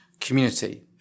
community